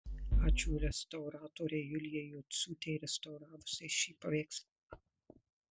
ačiū restauratorei julijai jociūtei restauravusiai šį paveikslą